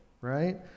right